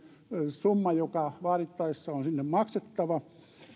summa joka vaadittaessa on sinne maksettava